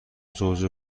زوج